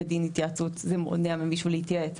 בדין התייעצות זה מונע ממישהו להתייעץ,